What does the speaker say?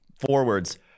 forwards